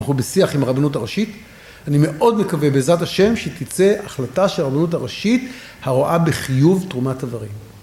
אנחנו בשיח עם הרבנות הראשית, אני מאוד מקווה בעזרת השם שתצאה החלטה של הרבנות הראשית, הרואה בחיוב תרומת איברים.